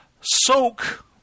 soak